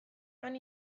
han